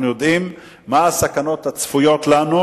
אנחנו יודעים מה הסכנות הצפויות לנו,